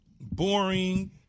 boring